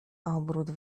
obrót